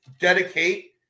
dedicate